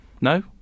No